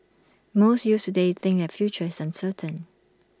most youths today think future is uncertain